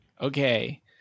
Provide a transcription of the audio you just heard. okay